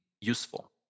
useful